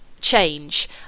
change